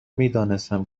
میدانستم